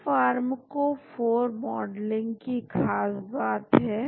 यह आपको ईमेल के द्वारा आउटपुट देता है और फिर आप इसको पाईमॉल के द्वारा देख सकते हैं